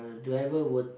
the driver would